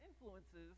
influences